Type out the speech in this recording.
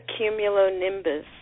cumulonimbus